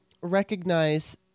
recognize